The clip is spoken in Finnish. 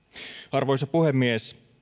arvoisa puhemies